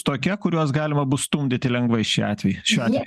tokia kuriuos galima bus stumdyti lengvai šie atveju šiuo atveju